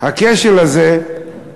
הכשל הזה,